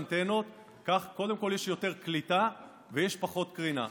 אני רוצה לתת לך קצת רקע למצב הזה.